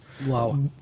Wow